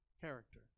character